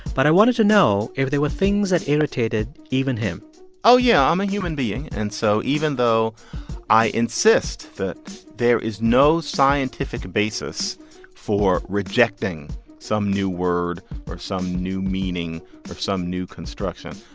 but i wanted to know if there were things that irritated even him oh, yeah, i'm a human being. and so even though i insist that there is no scientific basis for rejecting some new word or some new meaning or some new construction,